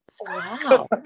wow